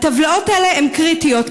הטבלאות האלה הן קריטיות,